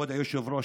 כבוד היושב-ראש,